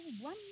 one